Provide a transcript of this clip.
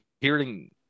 hearing